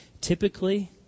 typically